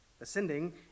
Ascending